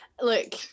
Look